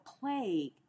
plague